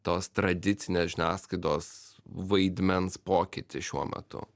tos tradicinės žiniasklaidos vaidmens pokytį šiuo metu